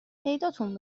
پیداتون